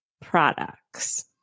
products